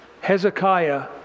Hezekiah